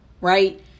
right